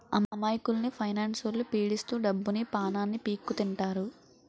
అమాయకుల్ని ఫైనాన్స్లొల్లు పీడిత్తు డబ్బుని, పానాన్ని పీక్కుతింటారు